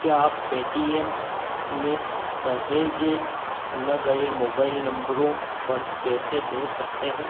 क्या आप पेटीएम में सहेजे न गए मोबाइल नंबरों पर पैसे भेज सकते हैं